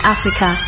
Africa